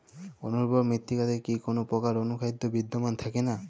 অনুর্বর মৃত্তিকাতে কি কোনো প্রকার অনুখাদ্য বিদ্যমান থাকে না?